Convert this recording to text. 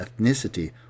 ethnicity